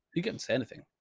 you can say anything.